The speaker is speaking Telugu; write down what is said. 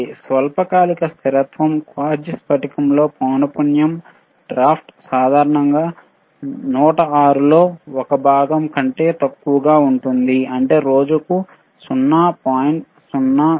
స్వల్పకాలిక స్థిరత్వం క్వార్ట్జ్ స్ఫటికం లో పౌన పున్యం డ్రిఫ్ట్ సాధారణంగా 106 లో 1 భాగం కంటే తక్కువగా ఉంటుంది అంటేరోజుకు 0